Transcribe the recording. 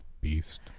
beast